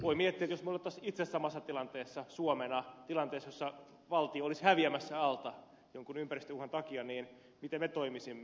voi miettiä että jos me olisimme itse samassa tilanteessa suomena tilanteessa jossa valtio olisi häviämässä alta jonkun ympäristöuhan takia niin miten me toimisimme